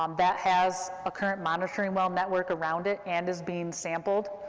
um that has a current monitoring well network around it, and is being sampled,